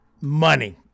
money